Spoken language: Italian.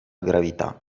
gravità